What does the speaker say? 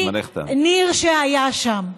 מניר, שהיה שם.